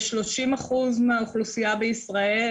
יש 30% מהאוכלוסייה בישראל,